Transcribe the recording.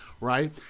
right